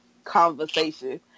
conversation